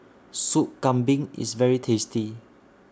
Sup Kambing IS very tasty